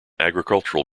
agricultural